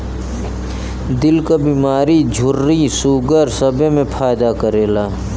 दिल क बीमारी झुर्री सूगर सबे मे फायदा करेला